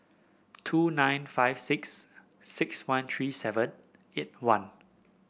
two nine five six six one three seven eight one